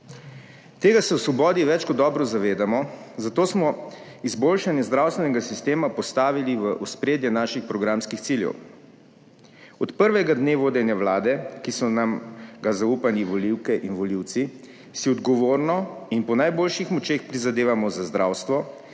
Tega se v svobodi več kot dobro zavedamo, zato smo izboljšanje zdravstvenega sistema postavili v ospredje naših programskih ciljev. Od prvega dne vodenja vlade, ki so nam ga zaupali volivke in volivci, si odgovorno in po najboljših močeh prizadevamo za zdravstvo,